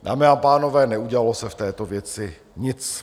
Dámy a pánové, neudělalo se v této věci nic.